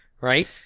right